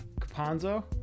Caponzo